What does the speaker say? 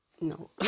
No